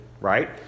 right